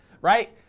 right